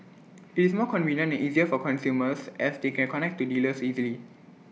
IT is more convenient and easier for consumers as they can connect to dealers directly